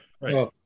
right